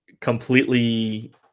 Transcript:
completely